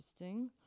interesting